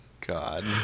God